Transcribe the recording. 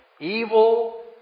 evil